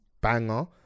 banger